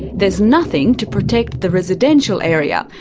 there's nothing to protect the residential area,